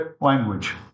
language